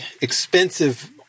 expensive